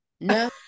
no